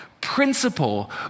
principle